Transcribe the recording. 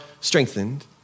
strengthened